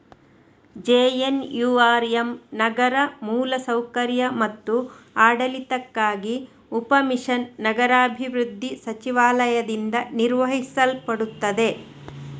JNURM ನಗರ ಮೂಲ ಸೌಕರ್ಯ ಮತ್ತು ಆಡಳಿತಕ್ಕಾಗಿ ಉಪ ಮಿಷನ್ ನಗರಾಭಿವೃದ್ಧಿ ಸಚಿವಾಲಯದಿಂದ ನಿರ್ವಹಿಸಲ್ಪಡುತ್ತದೆ